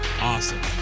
awesome